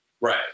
Right